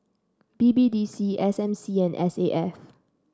B B D C S M C and S A F